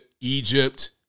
Egypt